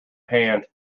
hand